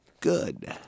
good